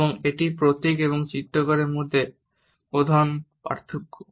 এবং এটি প্রতীক এবং চিত্রকরের মধ্যে প্রধান পার্থক্য